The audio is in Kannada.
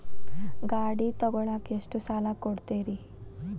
ಗಾಡಿ ತಗೋಳಾಕ್ ಎಷ್ಟ ಸಾಲ ಕೊಡ್ತೇರಿ?